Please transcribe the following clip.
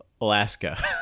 Alaska